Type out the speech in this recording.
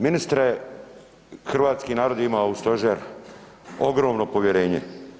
Ministre hrvatski narod je imao u stožer ogromno povjerenje.